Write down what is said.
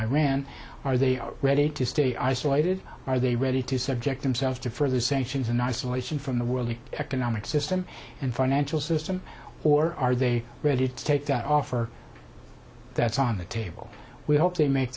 iran are they are ready to stay isolated are they ready to subject themselves to further sanctions and isolation from the world economic system and financial system or are they ready to take that offer that's on the table we hope they make